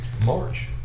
March